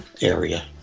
area